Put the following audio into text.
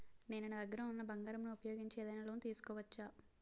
నేను నా దగ్గర ఉన్న బంగారం ను ఉపయోగించి ఏదైనా లోన్ తీసుకోవచ్చా?